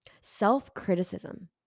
Self-criticism